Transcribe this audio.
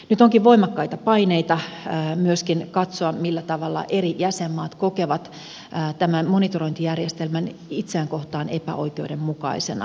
nyt onkin voimakkaita paineita myöskin katsoa millä tavalla eri jäsenmaat kokevat tämän monitorointijärjestelmän itseään kohtaan epäoikeudenmukaisena